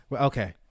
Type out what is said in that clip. Okay